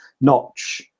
notch